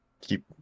keep